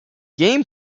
game